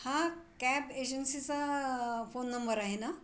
हा कॅब एजन्सीचा phone number आहे ना